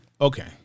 Okay